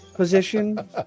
position